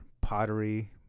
pottery